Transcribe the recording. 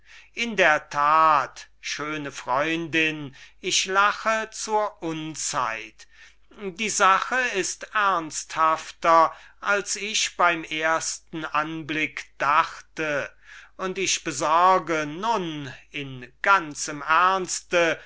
in der tat schöne freundin ich lache zur unzeit die sache ist ernsthafter als ich beim ersten anblick dachte und ich besorge nun in ganzem ernste